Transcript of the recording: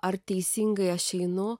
ar teisingai aš einu